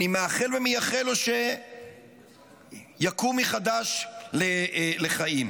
אני מאחל ומייחל שיקום מחדש לחיים.